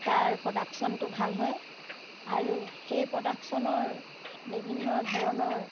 তাৰ প্ৰডাকশ্যনটো ভাল হয় আৰু সেই প্ৰডাকশ্যনৰ বিভিন্ন ধৰণৰ